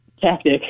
tactic